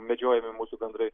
medžiojami mūsų gandrai